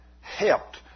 helped